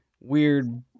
weird